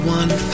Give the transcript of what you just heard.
one